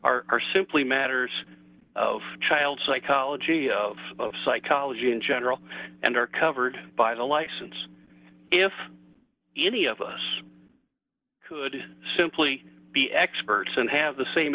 s are simply matters of child psychology of psychology in general and are covered by the license if any of us could simply be experts and have the same